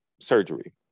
surgery